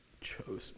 chosen